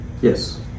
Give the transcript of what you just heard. Yes